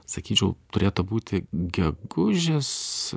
sakyčiau turėtų būti gegužės